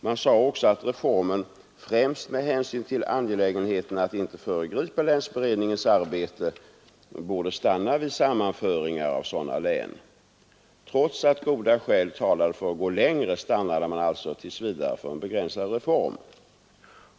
Man sade också att reformen främst med hänsyn till angelägenheten att inte föregripa länsberedningens arbete borde stanna vid sammanföringar av sådana län. Trots att goda skäl talade för att gå längre stannade man alltså tills vidare för en begränsad reform.